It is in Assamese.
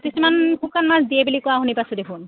কিছুমান শুকান মাছ দিয়ে বুলি কোৱা শুনি পাইছোঁ দেখোন